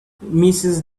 mrs